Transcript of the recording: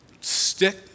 stick